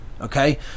okay